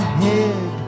head